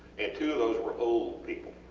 and two of those were old people.